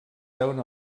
deuen